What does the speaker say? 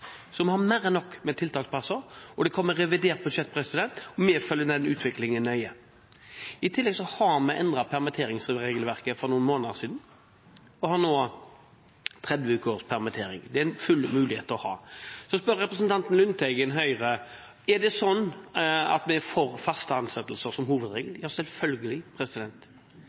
Så vi har mer enn nok tiltaksplasser, og revidert budsjett kommer. Vi følger den utviklingen nøye. I tillegg har vi endret permitteringsregelverket for noen måneder siden og har nå 30 ukers permittering. Det er det full mulighet til å ha. Så spør representanten Lundteigen Høyre: Er det slik at vi er for faste ansettelser som hovedregel? Ja, selvfølgelig.